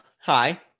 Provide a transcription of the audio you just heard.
hi